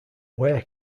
ware